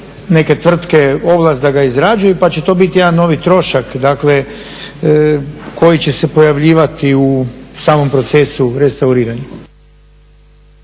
neke tvrtke ovlast da ga izrađuju pa će to biti jedan novi trošak, dakle koji će se pojavljivati u samom procesu restauriranja?